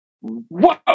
whoa